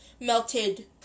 melted